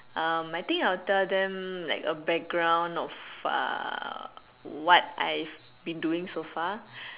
um I think I'll tell them a background of uh what I've being doing so far